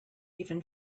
even